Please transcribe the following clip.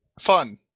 fun